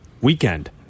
weekend